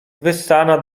wyssana